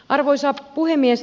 arvoisa puhemies